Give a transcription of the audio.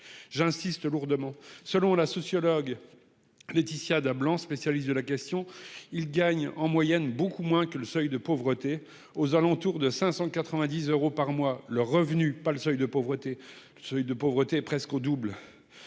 J'insiste lourdement. Selon la sociologue. Laëtitia da blanc, spécialiste de la question. Ils gagnent en moyenne beaucoup moins que le seuil de pauvreté, aux alentours de 590 euros par mois, le revenu pas le seuil de pauvreté, seuil de pauvreté est presque au double.